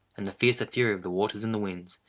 and the fiercer fury of the waters and the winds,